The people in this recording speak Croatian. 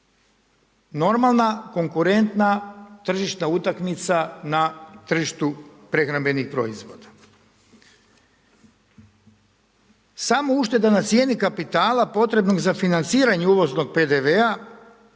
normalna konkurentna tržišna utakmica na tržištu prehrambenih proizvoda. Samo ušteda na cijeni kapitala potrebnog za financiranje uvoznog PDV-a